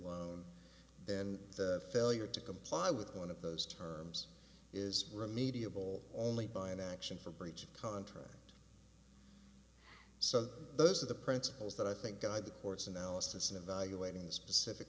loan and that failure to comply with one of those terms is remediable only by an action for breach of contract so those are the principles that i think guide the court's analysis in evaluating the specific